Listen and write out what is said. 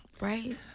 Right